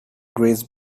grace